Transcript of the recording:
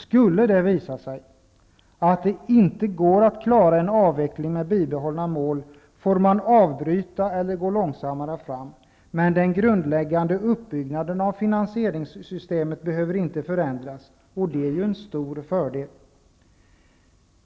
Skulle det visa sig att det inte går att klara en avveckling med bibehållna mål får man avbryta eller gå långsammare fram. Men den grundläggande uppbyggnaden av finansieringssystemet behöver inte förändras. Det är en stor fördel.